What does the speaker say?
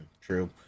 True